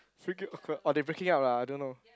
freaking awkward oh they breaking up ah I don't know